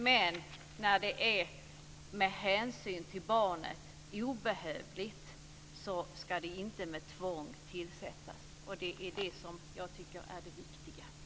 Men när det med hänsyn till barnet är obehövligt ska det inte tillsättas med tvång. Det är det som jag tycker är det viktiga.